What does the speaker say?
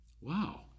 Wow